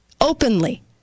openly